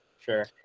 Sure